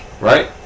Right